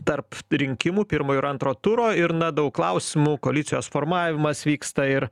tarp rinkimų pirmojo ir antro turo ir na daug klausimų koalicijos formavimas vyksta ir